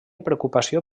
preocupació